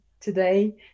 today